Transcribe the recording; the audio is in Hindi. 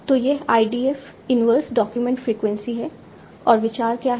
तो यह IDF इनवर्स डॉक्यूमेंट फ्रीक्वेंसी है और विचार क्या है